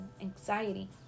anxiety